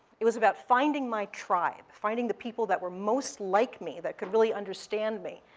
it was about finding my tribe. finding the people that were most like me that could really understand me.